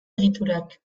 egiturak